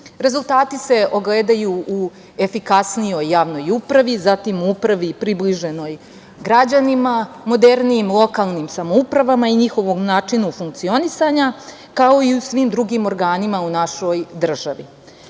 Rezultati se ogledaju u efikasnijoj javnoj upravi, u upravi približenoj građanima, modernijim lokalnim samoupravama i njihovom načinu funkcionisanja, kao i u svim drugim organima u našoj državi. Posebno